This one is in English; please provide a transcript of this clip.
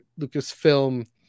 Lucasfilm